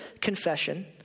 confession